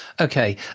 Okay